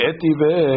Etive